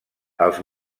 els